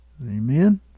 Amen